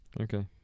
okay